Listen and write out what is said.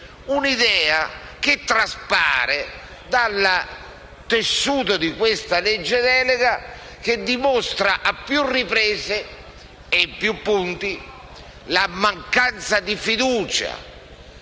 Un'idea che traspare dal tessuto di questa legge delega, che dimostra, a più riprese e in più punti, la mancanza di fiducia